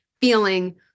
feeling